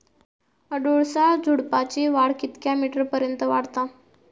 अडुळसा झुडूपाची वाढ कितक्या मीटर पर्यंत वाढता?